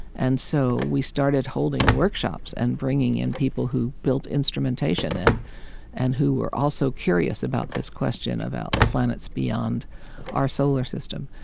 and so we started holding workshops and bringing in people who built instrumentation and and who were also curious about this question about planets beyond our solar system.